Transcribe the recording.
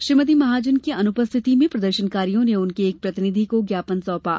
श्रीमती महाजन की अनुपस्थिति में प्रदर्शनकारियों ने उनके एक प्रतिनिधि को ज्ञापन सौंपा